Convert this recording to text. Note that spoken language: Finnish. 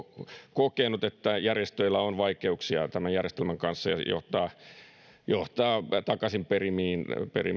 kokenut että järjestöillä on vaikeuksia tämän järjestelmän kanssa ja se johtaa takaisinperimisiin